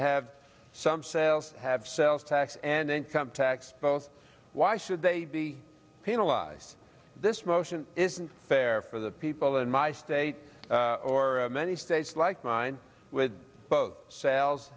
have some sales have sales tax and income tax both why should they be penalized this motion isn't fair for the people in my state or many states like mine with both sales